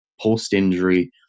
post-injury